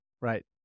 Right